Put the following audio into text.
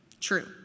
True